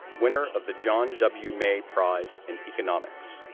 winner of the john w. may prize in economics,